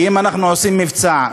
כי אם אנחנו עושים מבצע,